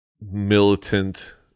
militant